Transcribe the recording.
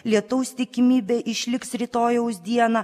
lietaus tikimybė išliks rytojaus dieną